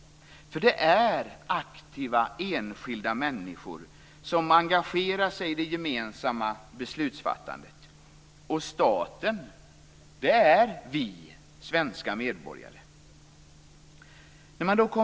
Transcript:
Det är aktiva enskilda människor som engagerar sig i det gemensamma beslutsfattandet. Och staten, det är vi svenska medborgare.